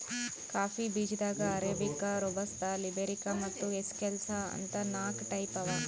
coffee ಬೀಜಾದಾಗ್ arabica, robusta, liberica ಮತ್ತ್ excelsa ಅಂತ್ ನಾಕ್ ಟೈಪ್ ಅವಾ